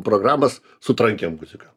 programas su trankia muzika